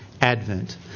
advent